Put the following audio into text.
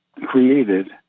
created